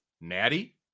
Natty